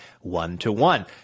one-to-one